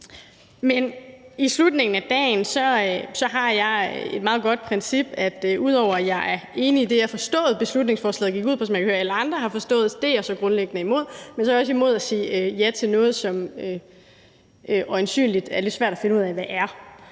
Men i slutningen af dagen har jeg et meget godt princip om, at ud over, hvad jeg har forstået beslutningsforslaget gik ud på, og som jeg kan høre at alle andre også har forstået, så er jeg altså grundlæggende imod. Men så er jeg også imod at sige ja til noget, som øjensynlig er lidt svært at finde ud af hvad er.